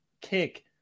kick